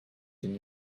den